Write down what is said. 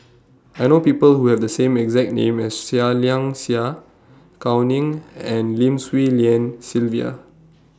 I know People Who Have The same exact name as Seah Liang Seah Gao Ning and Lim Swee Lian Sylvia